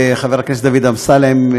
לחבר הכנסת דוד אמסלם,